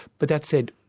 but that said,